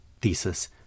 thesis